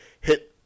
hit –